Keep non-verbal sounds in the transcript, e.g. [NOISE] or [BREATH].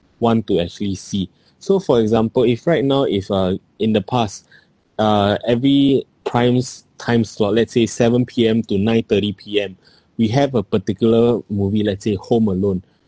want to actually see so for example if right now if uh in the past [BREATH] uh every prime s~ time slot lets say seven P_M to nine thirty P_M [BREATH] we have a particular movie let's say home alone